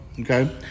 Okay